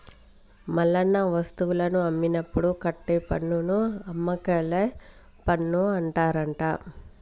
మల్లన్న వస్తువులను అమ్మినప్పుడు కట్టే పన్నును అమ్మకేల పన్ను అంటారట